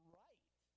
right